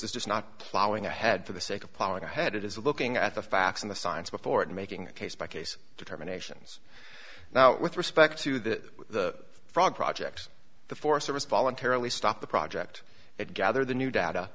is just not plowing ahead for the sake of plowing ahead it is looking at the facts in the science before and making a case by case determinations now with respect to the frog project the forest service voluntarily stop the project it gather the new data